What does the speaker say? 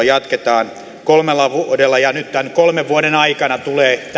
jatketaan kolmella vuodella ja nyt tämän kolmen vuoden aikana tulee